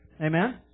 Amen